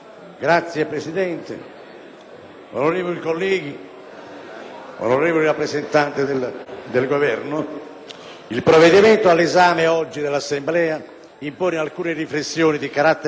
onorevoli rappresentanti del Governo, il provvedimento all'esame oggi dell'Assemblea impone alcune riflessioni di carattere tecnico che non possono essere disattese.